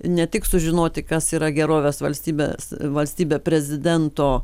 ne tik sužinoti kas yra gerovės valstybės valstybė prezidento